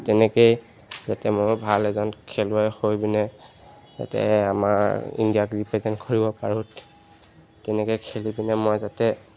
তেনেকৈয়ে যাতে ময়ো ভাল এজন খেলুৱৈ হৈ পিনে যাতে আমাৰ ইণ্ডিয়াক ৰিপ্ৰেজেণ্ট কৰিব পাৰোঁ তেনেকৈ খেলি পিনে মই যাতে